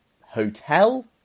hotel